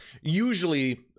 usually